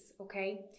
okay